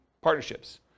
partnerships